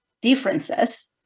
differences